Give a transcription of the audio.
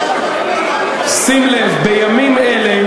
בימים אלה,